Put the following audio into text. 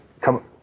come